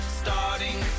starting